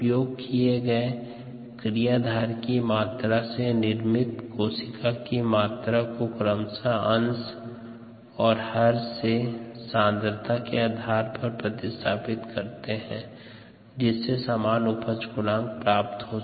उपयोग किए गए क्रियाधार की मात्रा से निर्मित कोशिका की मात्रा को क्रमशः अंश और हर से सांद्रता के आधार पर प्रतिस्थापित करते है जिससे समान उपज गुणांक प्राप्त हो सके